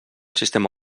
sistema